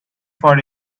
for